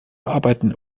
arbeiten